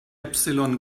epsilon